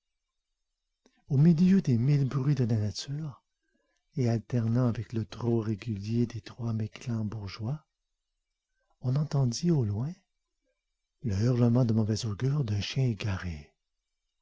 au milieu des mille bruits de la nature et alternant avec le trot régulier des trois mecklembourgeois on entendit au loin le hurlement de mauvais augure d'un chien égaré